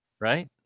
right